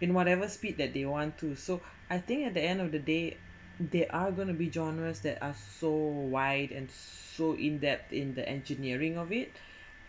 in whatever speed that they want to so I think at the end of the day they are going to be genres that are so wide and so in depth in the engineering of it